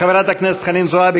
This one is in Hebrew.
חברת הכנסת חנין זועבי,